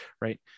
right